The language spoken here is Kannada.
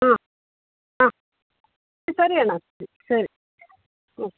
ಹಾಂ ಹಾಂ ಸರಿಯಣ್ಣ ಸರಿ ಹ್ಞೂ